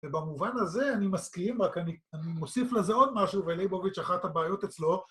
ובמובן הזה אני מסכים, רק אני מוסיף לזה עוד משהו, ולייבוביץ' אחת הבעיות אצלו...